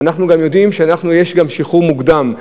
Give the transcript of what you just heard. אנחנו גם יודעים שיש שחרור מוקדם.